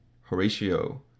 Horatio